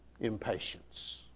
impatience